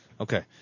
Okay